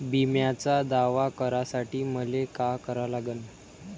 बिम्याचा दावा करा साठी मले का करा लागन?